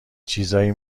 چیزایی